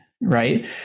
right